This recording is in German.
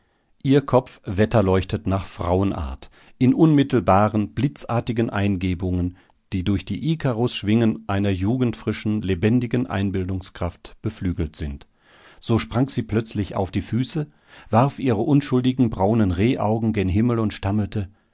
ihr kopf wetterleuchtet nach frauenart in unmittelbaren blitzartigen eingebungen die durch die ikarus schwingen einer jugendfrischen lebendigen einbildungskraft beflügelt sind so sprang sie plötzlich auf die füße warf ihre unschuldigen braunen rehaugen gen himmel und stammelte